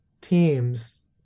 teams